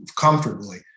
comfortably